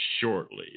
shortly